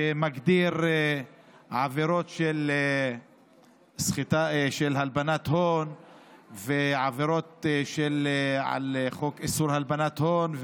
שמגדיר עבירות של הלבנת הון ועבירות של חוק איסור הלבנת הון,